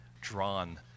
drawn